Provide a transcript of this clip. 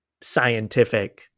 scientific